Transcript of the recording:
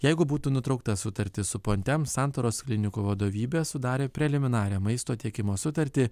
jeigu būtų nutraukta sutartis su pontem santaros klinikų vadovybė sudarė preliminarią maisto tiekimo sutartį